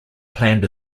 planned